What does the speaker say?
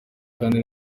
kandi